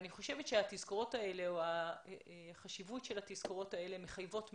אני חושבת שהתזכורות האלה או החשיבות של התזכורות האלה מחייבות מאוד,